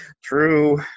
True